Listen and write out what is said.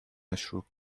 مشروب